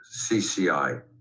CCI